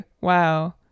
wow